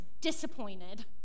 disappointed